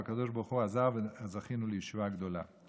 והקדוש ברוך הוא עזר וזכינו לישועה גדולה.